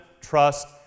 trust